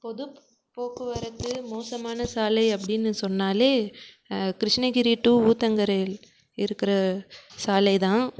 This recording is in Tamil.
பொது போக்குவரத்து மோசமான சாலை அப்படின்னு சொன்னாலே கிருஷ்ணகிரி டு ஊத்தங்கரை இருக்கிற சாலைதான்